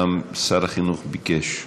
גם שר החינוך ביקש לדבר.